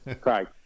Craig